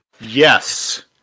Yes